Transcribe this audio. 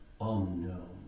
unknown